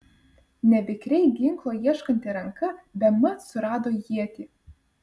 nevikriai ginklo ieškanti ranka bemat surado ietį